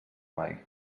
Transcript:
mai